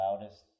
loudest